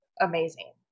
amazing